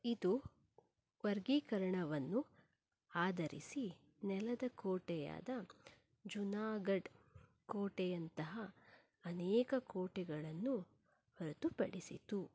ಇದು ವರ್ಗೀಕರಣವನ್ನು ಆಧರಿಸಿ ನೆಲದ ಕೋಟೆಯಾದ ಜುನಾಗಢ್ ಕೋಟೆಯಂತಹ ಅನೇಕ ಕೋಟೆಗಳನ್ನು ಹೊರತುಪಡಿಸಿತು